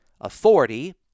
authority